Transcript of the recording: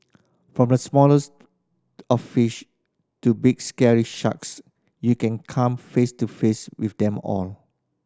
from the smallest of fish to big scary sharks you can come face to face with them all